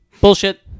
Bullshit